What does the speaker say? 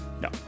No